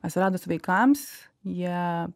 atsiradus vaikams jie